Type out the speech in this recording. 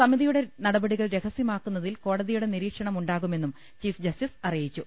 സമിതിയുടെ നടപടികൾ രഹസ്യമാക്കുന്നതിൽ കോടതിയുടെ നിരീക്ഷണം ഉണ്ടാകുമെന്നും ചീഫ് ജസ്റ്റിസ് അറിയിച്ചു